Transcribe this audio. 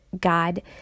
God